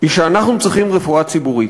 היא שאנחנו צריכים רפואה ציבורית.